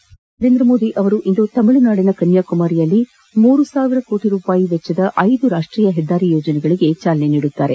ಪ್ರಧಾನಮಂತ್ರಿ ನರೇಂದ ಮೋದಿಯವರು ಇಂದು ತಮಿಳುನಾಡಿನ ಕನ್ಯಾಕುಮಾರಿಯಲ್ಲಿ ಮೂರು ಸಾವಿರ ಕೋಟಿ ರೂಪಾಯಿ ಮೌಲ್ಯದ ಐದು ರಾಷ್ಟೀಯ ಹೆದ್ದಾರಿ ಯೋಜನೆಗಳಿಗೆ ಚಾಲನೆ ನೀಡಲಿದ್ದಾರೆ